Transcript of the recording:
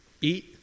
Eat